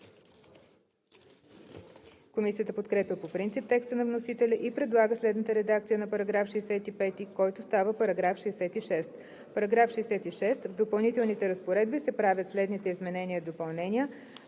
Комисията подкрепя по принцип текста на вносителя и предлага следната редакция на § 65, който става § 66: „§ 66. В допълнителните разпоредби се правят следните изменения и допълнения: